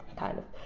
kind of.